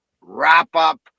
wrap-up